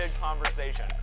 conversation